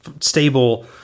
stable